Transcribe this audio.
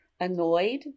annoyed